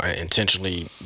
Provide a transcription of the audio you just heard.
intentionally